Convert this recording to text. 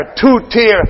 two-tier